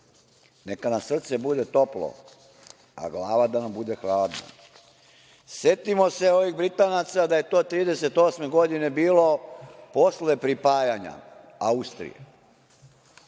Neka nam srce bude toplo, a glava da nam bude hladna. Setimo se ovih Britanaca, da je to 1938. godine bilo posle pripajanja Austrije,